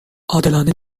عادلانه